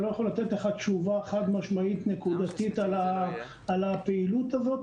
אני לא יכול לתת לך תשובה חד משמעית נקודתית על הפעילות הזאת,